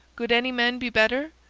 could any man be bedder?